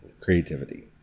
creativity